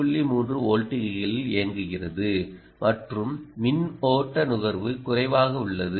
3 வோல்ட்டுகளில் இயங்குகிறது மற்றும் மின்னோட்ட நுகர்வு குறைவாக உள்ளது